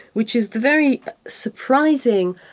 which is very surprising,